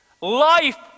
Life